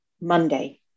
Monday